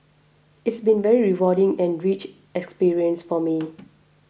it's been very rewarding and rich experience for me